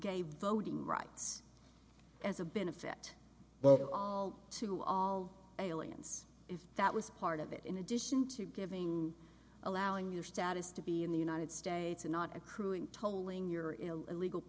gave voting rights as a benefit but all to all aliens if that was part of it in addition to giving allowing your status to be in the united states and not accruing tolling your illegal